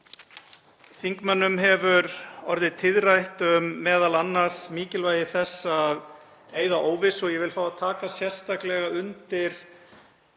Þingmönnum hefur orðið tíðrætt um m.a. mikilvægi þess að eyða óvissu og ég vil fá að taka sérstaklega undir